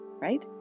right